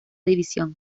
división